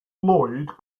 lloyd